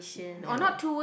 ya